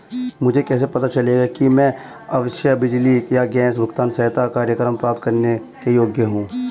मुझे कैसे पता चलेगा कि मैं आवासीय बिजली या गैस भुगतान सहायता कार्यक्रम प्राप्त करने के योग्य हूँ?